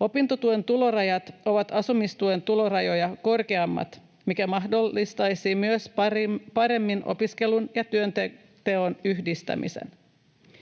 Opintotuen tulorajat ovat asumistuen tulorajoja korkeammat, mikä mahdollistaisi myös paremmin opiskelun ja työnteon yhdistämisen.